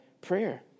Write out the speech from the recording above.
prayer